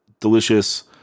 delicious